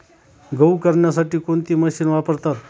गहू करण्यासाठी कोणती मशीन वापरतात?